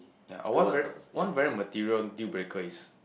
ya I one very one very material deal breaker is